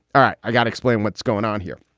all right. i've got explain what's going on here.